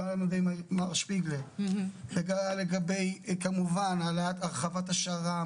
גם על ידי מר שפיגלר לגבי כמובן הרחבת השר"מ,